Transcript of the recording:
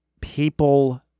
people